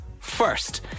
First